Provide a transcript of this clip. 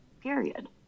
period